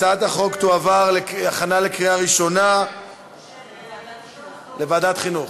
הצעת החוק תועבר להכנה לקריאה ראשונה בוועדת החינוך.